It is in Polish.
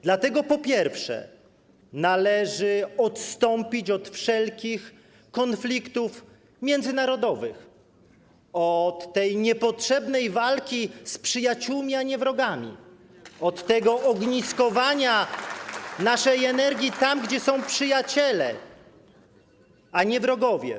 Dlatego, po pierwsze, należy odstąpić od wszelkich konfliktów międzynarodowych, od tej niepotrzebnej walki z przyjaciółmi, a nie wrogami, od tego ogniskowania naszej energii tam, gdzie są przyjaciele, a nie wrogowie.